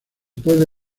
puede